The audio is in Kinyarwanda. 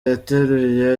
yateruye